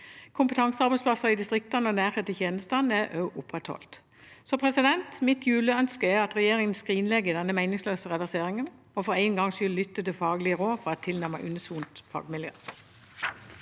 Kompetansearbeidsplasser i distriktene og nærhet til tjenestene er også opprettholdt. Mitt juleønske er at regjeringen skrinlegger denne meningsløse reverseringen og for en gangs skyld lytter til faglige råd fra et tilnærmet unisont fagmiljø.